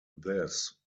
this